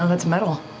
so that's metal.